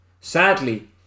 Sadly